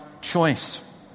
choice